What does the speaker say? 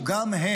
גם הם,